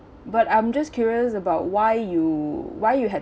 but I'm just curious about why you why you had